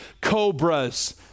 cobras